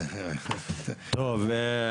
טוב,